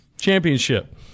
championship